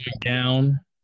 down